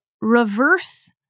reverse-